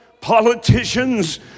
politicians